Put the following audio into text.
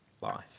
life